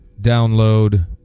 download